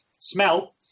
smell